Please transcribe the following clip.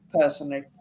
personally